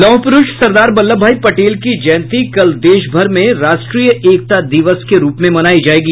लौह प्रूष सरदार वल्लभभाई पटेल की जयंती कल देशभर में राष्ट्रीय एकता दिवस के रूप में मनाई जाएगी